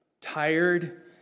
Tired